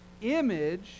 image